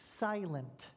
silent